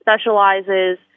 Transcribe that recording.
specializes